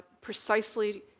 precisely